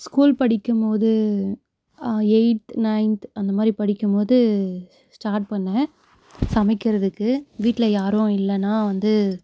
school படிக்கும்போது eighth ninth அந்த மாதிரி படிக்கும்போது ஸ்டாட் பண்ணேன் சமைக்கிறதுக்கு வீட்டில் யாரும் இல்லைனா வந்து